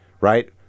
right